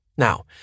Now